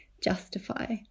justify